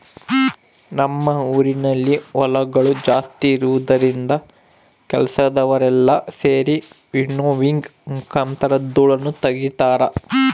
ನಮ್ಮ ಊರಿನಲ್ಲಿ ಹೊಲಗಳು ಜಾಸ್ತಿ ಇರುವುದರಿಂದ ಕೆಲಸದವರೆಲ್ಲ ಸೆರಿ ವಿನ್ನೋವಿಂಗ್ ಮುಖಾಂತರ ಧೂಳನ್ನು ತಗಿತಾರ